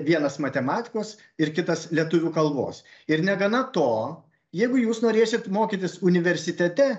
vienas matematikos ir kitas lietuvių kalbos ir negana to jeigu jūs norėsit mokytis universitete